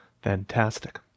fantastic